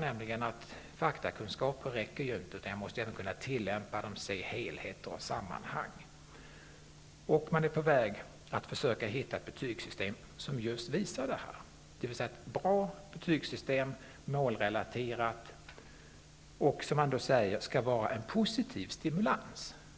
innebärande att faktakunskaper inte räcker. De måste kunna tillämpas, man måste kunna se helheter och sammanhang. Man är på väg att försöka hitta ett betygssystem som just visar detta, dvs. ett bra målrelaterat betygssystem, som skall utgöra en positiv stimulans.